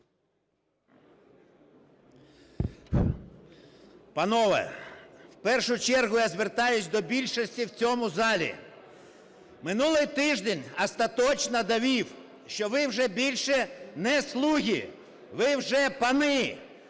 Панове, в першу чергу я звертаюсь до більшості в цьому залі, минулий тиждень остаточно довів, що ви вже більше не "слуги", ви вже пани.